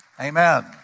Amen